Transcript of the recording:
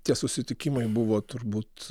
tie susitikimai buvo turbūt